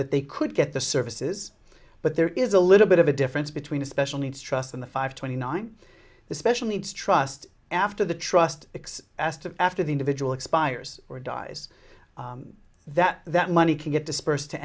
that they could get the services but there is a little bit of a difference between a special needs trust in the five twenty nine the special needs trust after the trust asked of after the individual expires or dies that that money can get dispersed to